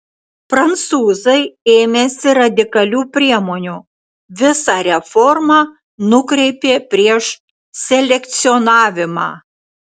prancūzai ėmėsi radikalių priemonių visą reformą nukreipė prieš selekcionavimą